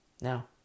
Now